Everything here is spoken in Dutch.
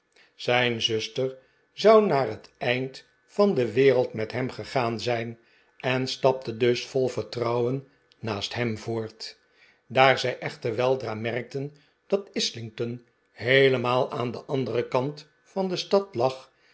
zijn zuster zou naar het eind van de wereld met hem gegaan zijri en stapte dus vol vertrouwen naast hem voort daar zij echter weldra merkten dat islington heelemaal aan den anderen kant van de stad lag